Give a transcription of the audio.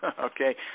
Okay